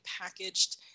packaged